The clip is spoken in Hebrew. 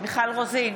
מיכל רוזין,